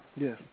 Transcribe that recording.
Yes